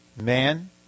man